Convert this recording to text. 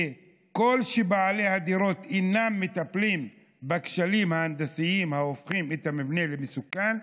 ככל שבעלי הדירות אינם מטפלים בכשלים ההנדסיים ההופכים את המבנה למסוכן,